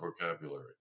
vocabulary